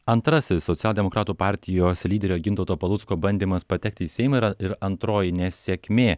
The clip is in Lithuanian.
antrasis socialdemokratų partijos lyderio gintauto palucko bandymas patekti į seimą yra ir antroji nesėkmė